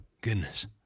goodness